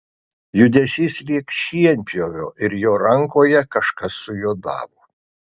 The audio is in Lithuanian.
judesys lyg šienpjovio ir jo rankoje kažkas sujuodavo